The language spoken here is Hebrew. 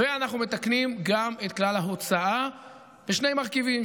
ואנחנו מתקנים גם את כלל ההוצאה בשני מרכיבים: